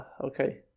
Okay